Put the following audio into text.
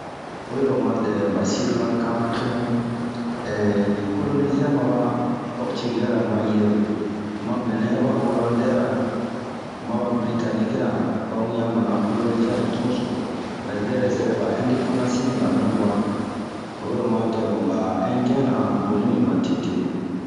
Oyilo'o madɛ ba Sirlanka tun, ehh ri kolonizia maba pɔrtigɛra mayɛɛh ve, mabɛnɛ aba olandɛra ma ba biritaniki ra. Ba ŋiann ma a kolonizia ho tun so. Mɛ zɛrɛ zɛrɛ ba ɛndepandasi miba nuwa.oyi lo 'o ma dɛmu ba ɛnfiɛnra bonibin matete.